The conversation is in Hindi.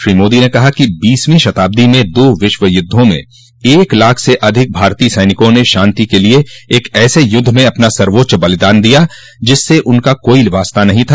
श्री मोदी ने कहा कि बीसवीं शताब्दी में दो विश्व युद्धों में एक लाख से अधिक भारतीय सैनिकों ने शांति के लिए एक ऐसे युद्ध में अपना सर्वोच्च बलिदान दिया जिससे उनका कोई वास्ता नहीं था